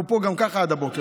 גם ככה אנחנו פה עד הבוקר.